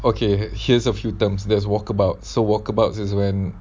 okay here's a few terms that's walkabout so walkabouts is when